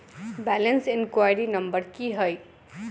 Balance enquiry number की है?